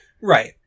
right